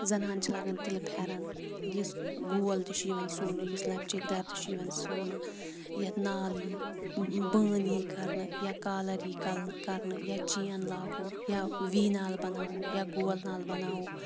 زَنان چھِ لاگان تِلہٕ پھٮ۪رَن یُس گول تہِ چھُ یِوان سُونہٕ یُس لَبہِ چٲکۍ دار تہِ چھِ یِوان سُونہٕ یَتھ نال یی بٲنۍ یی کَرنہٕ یا کالَر یی کَرنہٕ یا چین لاگو یا وی نال بَناوو یا گول نال بناوو